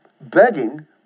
begging